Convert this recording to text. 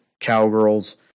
Cowgirls